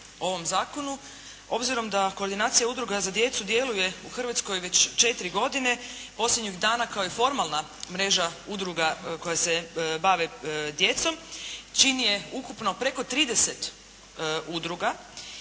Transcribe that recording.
ovom zakonu. Obzirom da koordinacija udruga za djecu djeluje u Hrvatskoj već četiri godine, posljednjih dana kao i formalna mreža udruga koja se bave djeci. Čini ukupno je preko 30 udruga